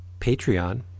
patreon